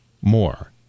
more